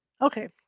Okay